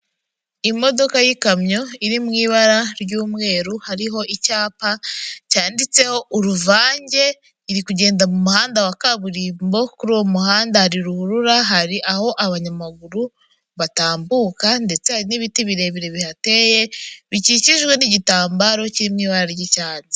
Imodoka y'ikamyo iri mu ibara ry'umweru hariho icyapa cyanditseho uruvange iri kugenda mu muhanda wa kaburimbo, kuri uwo muhanda hari ruhurura, hari aho abanyamaguru batambuka ndetse n'ibiti birebire bihateye bikikijwe n'igitambaro kiri mu ibara ry'icyatsi.